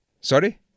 Sorry